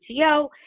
CTO